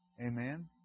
Amen